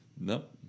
Nope